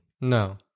No